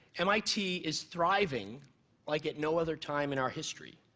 mit is thriving like at no other time in our history,